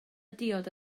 diod